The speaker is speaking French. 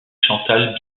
chantal